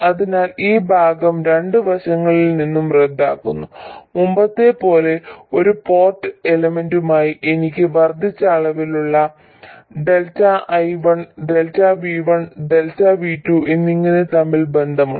അതിനാൽ ആ ഭാഗം രണ്ട് വശങ്ങളിൽ നിന്നും റദ്ദാക്കുന്നു മുമ്പത്തെ പോലെ ഒരു പോർട്ട് എലമെന്റുമായി എനിക്ക് വർദ്ധിച്ച അളവിലുള്ള ΔI1 ΔV1 ΔV2 എന്നിവ തമ്മിൽ ബന്ധമുണ്ട്